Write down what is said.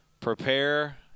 Prepare